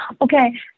Okay